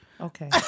okay